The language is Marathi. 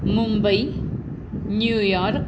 मुंबई न्यूयॉर्क